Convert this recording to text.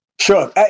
Sure